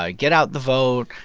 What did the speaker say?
ah get out the vote,